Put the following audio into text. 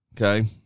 Okay